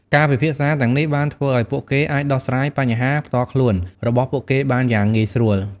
ការពិភាក្សាទាំងនេះបានធ្វើឱ្យពួកគេអាចដោះស្រាយបញ្ហាផ្ទាល់ខ្លួនរបស់ពួកគេបានយ៉ាងងាយស្រួល។